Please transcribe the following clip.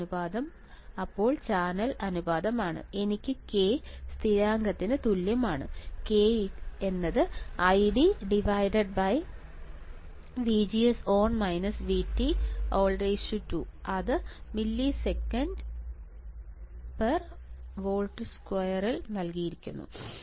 Wl അനുപാതം അപ്പോൾ channel അനുപാതമാണ് എനിക്ക് k സ്ഥിരാങ്കത്തിന് തുല്യമാണ് k ID 2 അത് ms v2 ൽ നൽകിയിരിക്കുന്നു